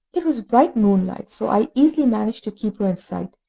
it was bright moonlight, so i easily managed to keep her in sight,